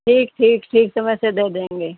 ठीक ठीक ठीक समय से दे देंगे